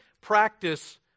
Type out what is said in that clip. practice